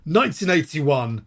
1981